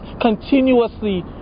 continuously